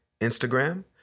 Instagram